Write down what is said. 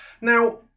Now